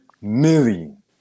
million